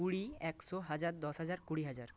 কুড়ি একশো হাজার দশ হাজার কুড়ি হাজার